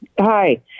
Hi